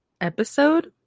episode